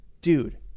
Dude